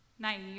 Naive